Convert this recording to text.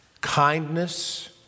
kindness